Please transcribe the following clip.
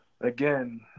again